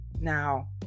Now